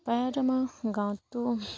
প্ৰায়েতো আমাৰ গাঁৱততো